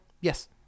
Yes